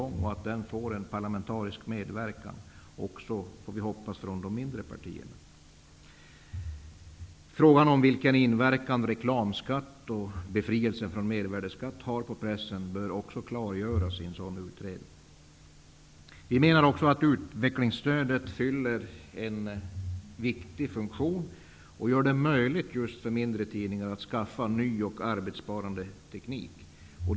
Vi får hoppas att den får en parlamentarisk medverkan även från de mindre partierna. Frågan om vilken inverkan reklamskatt och befrielse från mervärdesskatt har på pressen bör också klargöras i en sådan utredning. Vi menar också att utvecklingsstödet fyller en viktig funktion och gör det möjligt just för mindre tidningar att skaffa ny och arbetsbesparande teknik.